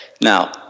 Now